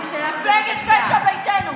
מפלגת פשע ביתנו.